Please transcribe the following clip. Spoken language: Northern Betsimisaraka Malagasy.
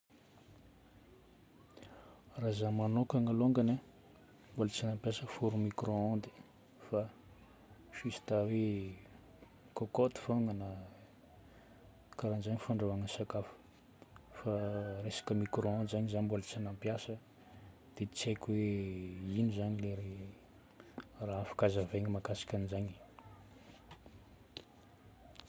Raha za manokagna alongany mbola tsy nampiasa four micro ondes fa juste hoe cocotte fôgna. Karahan'izay ny fandrahoagnay sakafo. Fa resaka micro ondes zagny za mbola tsy nampiasa dia tsy haiko hoe ino zagny le raha afaka hazavaigna mahakasika an'izagny.